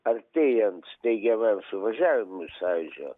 artėjant steigiamajam suvažiavimui sąjūdžio